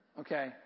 Okay